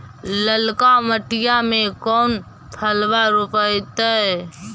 ललका मटीया मे कोन फलबा रोपयतय?